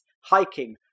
hiking